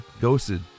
Ghosted